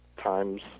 times